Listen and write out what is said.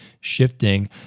shifting